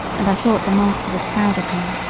and i thought the master was proud of him.